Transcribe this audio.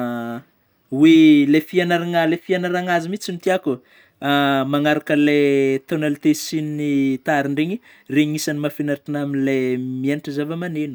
hoe ilay fianaragna lay fianaragna azy mihintsy no tiako magnaraka ilay tonalité sy ny tariny regny regny anisany mahafinaritra anahy amin'ilay mianatra zava-maneno.